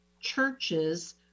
churches